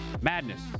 madness